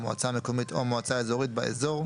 מועצה מקומית או מועצה אזורית באזור,